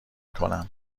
کنم